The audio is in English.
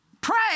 Pray